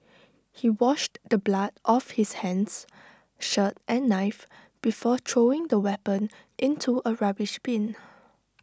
he washed the blood off his hands shirt and knife before throwing the weapon into A rubbish bin